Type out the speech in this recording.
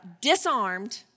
disarmed